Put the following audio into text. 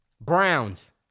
Browns